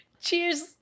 Cheers